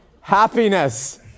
happiness